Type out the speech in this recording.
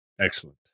Excellent